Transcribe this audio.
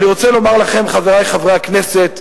אני רוצה לומר לכם, חברי חברי הכנסת,